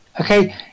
Okay